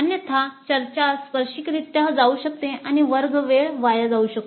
अन्यथा चर्चा स्पर्शिकरित्या जाऊ शकते आणि वर्ग वेळ वाया जाऊ शकतो